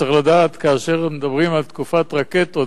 צריך לדעת שכאשר מדברים על תקופת רקטות,